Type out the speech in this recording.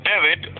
David